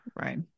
Right